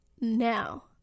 now